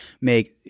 make